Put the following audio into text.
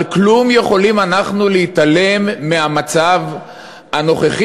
אבל כלום יכולים אנחנו להתעלם מהמצב הנוכחי?